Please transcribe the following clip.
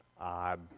odd